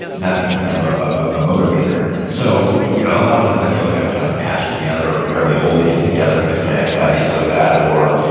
that becomes kind of a ah ah motivator so you know a lot of times i feel like i'm kind of patched together or barely holding it together because my anxiety is so bad or,